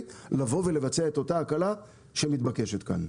לבוא ולבצע את אותה הקלה שמתבקשת כאן.